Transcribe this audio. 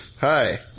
Hi